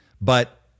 but-